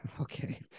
Okay